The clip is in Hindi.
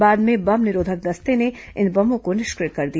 बाद में बम निरोधक दस्ते ने इन बमों को निष्क्रिय कर दिया